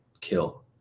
kill